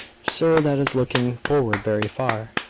sir, that is looking forward very far.